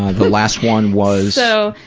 ah the last one was. so,